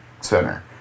center